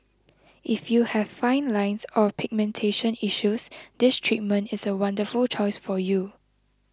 if you have fine lines or pigmentation issues this treatment is a wonderful choice for you